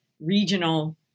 regional